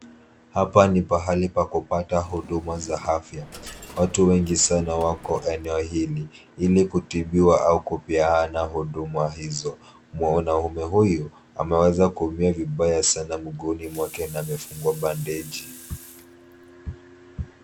Hapa ni pahali pa kupata huduma za afya. Watu wengi sana wako eneo hili ili kutibiwa au kupeana huduma hizo. Mwanaume huyu ameweza kuumia vibaya sana mguuni mwake na amefungwa bandeji.